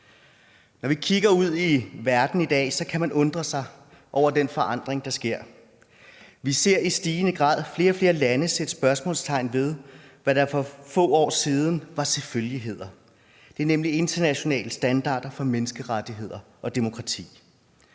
Når man kigger ud i verden i dag, kan man undre sig over den forandring, der sker. Vi ser i stigende grad flere og flere lande sætte spørgsmålstegn ved, hvad der for få år siden var selvfølgeligheder, nemlig internationale standarder for menneskerettigheder og demokrati.